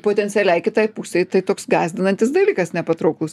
potencialiai kitai pusei tai toks gąsdinantis dalykas nepatrauklus